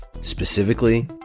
specifically